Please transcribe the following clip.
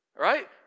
Right